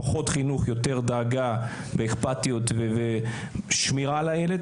זה פחות חינוך ויותר דאגה ואכפתיות ושמירה על הילד,